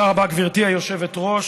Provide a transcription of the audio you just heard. תודה רבה, גברתי היושבת-ראש.